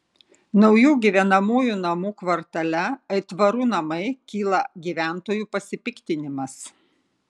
naujų gyvenamųjų namų kvartale aitvarų namai kyla gyventojų pasipiktinimas